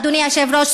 אדוני היושב-ראש,